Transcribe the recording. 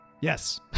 Yes